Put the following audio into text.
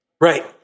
Right